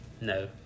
No